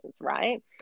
Right